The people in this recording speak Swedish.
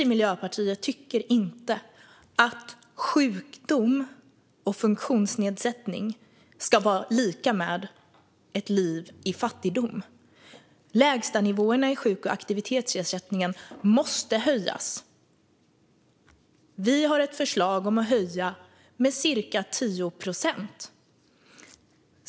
Vi i Miljöpartiet tycker inte att sjukdom och funktionsnedsättning ska vara lika med ett liv i fattigdom. Lägstanivåerna i sjuk och aktivitetsersättningen måste höjas. Vi har ett förslag om att höja med cirka 10 procent.